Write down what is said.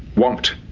want.